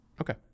Okay